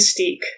mystique